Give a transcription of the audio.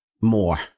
more